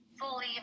fully